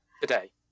today